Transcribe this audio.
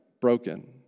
broken